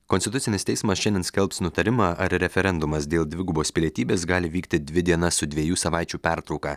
konstitucinis teismas šiandien skelbs nutarimą ar referendumas dėl dvigubos pilietybės gali vykti dvi dienas su dviejų savaičių pertrauka